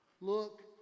Look